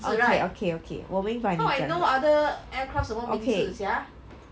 okay okay okay 我明白你讲 okay